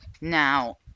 now